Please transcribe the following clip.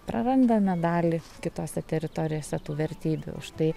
prarandame dalį kitose teritorijose tų vertybių o štai